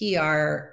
PR